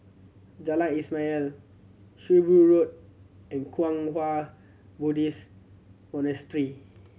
Jalan Ismail Shrewsbury Road and Kwang Hua Buddhist Monastery